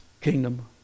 Kingdom